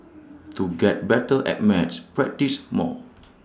to get better at maths practise more